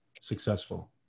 successful